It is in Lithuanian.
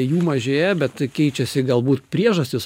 jų mažėja bet keičiasi galbūt priežastys